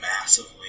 massively